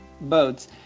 boats